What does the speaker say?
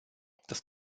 das